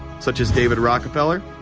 such as david rockefeller,